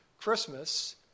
Christmas